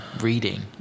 reading